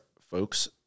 folks